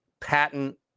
patent